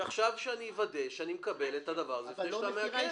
שעכשיו כשאני אוודא את הדבר הזה לפני שאתה מעקל.